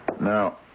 Now